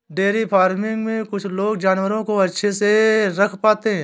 dairy farming में कुछ लोग जानवरों को अच्छे से नहीं रख पाते